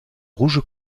rouge